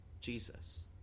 Jesus